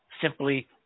simply